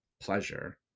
pleasure